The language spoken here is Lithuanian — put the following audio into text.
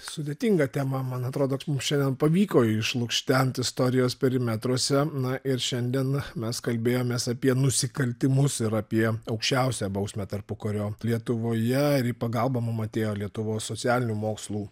sudėtingą tema man atrodo mums šiandien pavyko išlukštent istorijos perimetruose na ir šiandien mes kalbėjomės apie nusikaltimus ir apie aukščiausią bausmę tarpukario lietuvoje ir į pagalbą mum atėjo lietuvos socialinių mokslų